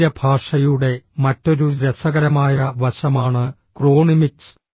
ശരീരഭാഷയുടെ മറ്റൊരു രസകരമായ വശമാണ് ക്രോണിമിക്സ്